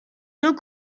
deux